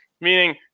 Meaning